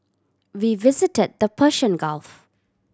we visited the Persian Gulf